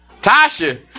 Tasha